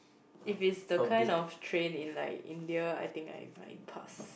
if it's the kind of train in like India I think I might pass